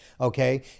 Okay